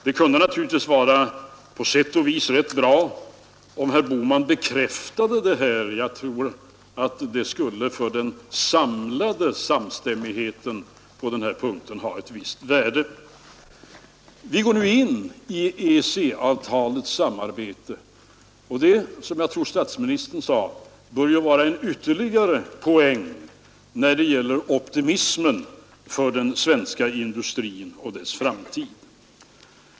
Jag tror att det på sätt och vis vore bra om herr Bohman här bekräftade att även han har samma uppfattning; det skulle vara av ett visst värde för den samlade samstämmigheten. Vi går nu in i ett samarbete enligt EEC-avtalet, och det bör — som jag tror statsministern sade — vara en ytterligare poäng när det gäller optimismen för den svenska industrin och dess framtid.